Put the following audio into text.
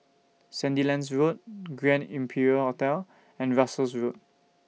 Sandilands Road Grand Imperial Hotel and Russels Road